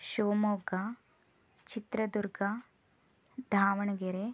Shivamogga Chitradurga Davanagere